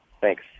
Thanks